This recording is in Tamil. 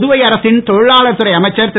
புதுவை அரசின் தொழிலளார் துறை அமைச்சர் திரு